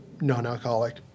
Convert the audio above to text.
non-alcoholic